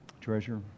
Treasure